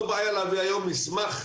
לא בעיה להביא היום מסמך,